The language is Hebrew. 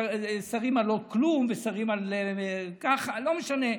שרים על לא כלום ושרים על ככה, לא משנה.